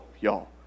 y'all